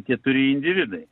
keturi individai